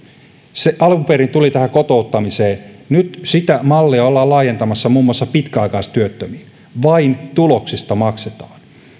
se alun perin tuli tähän kotouttamiseen nyt sitä mallia ollaan laajentamassa muun muassa pitkäaikaistyöttömiin vain tuloksista maksetaan